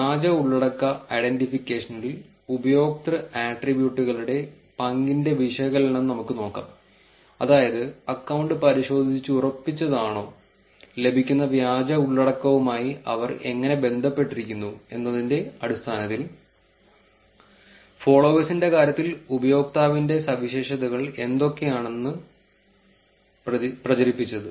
വ്യാജ ഉള്ളടക്ക ഐഡന്റിഫിക്കേഷനിൽ ഉപയോക്തൃ ആട്രിബ്യൂട്ടുകളുടെ പങ്കിന്റെ വിശകലനം നമുക്ക് നോക്കാം അതായത് അക്കൌണ്ട് പരിശോധിച്ചുറപ്പിച്ചതാണോ ലഭിക്കുന്ന വ്യാജ ഉള്ളടക്കവുമായി അവർ എങ്ങനെ ബന്ധപ്പെട്ടിരിക്കുന്നു എന്നതിന്റെ അടിസ്ഥാനത്തിൽ ഫോളോവേഴ്സിന്റെ കാര്യത്തിൽ ഉപയോക്താവിന്റെ സവിശേഷതകൾ എന്തൊക്കെയാണ് പ്രചരിപ്പിച്ചത്